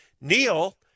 Neil